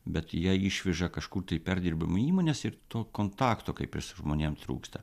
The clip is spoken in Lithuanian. bet ją išveža kažkur tai perdirbimo įmonės ir to kontakto kaip ir su žmonėm trūksta